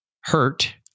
hurt